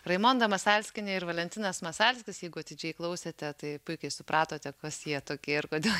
raimonda masalskienė ir valentinas masalskis jeigu atidžiai klausėte tai puikiai supratote kas jie tokie ir kodėl